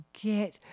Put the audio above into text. forget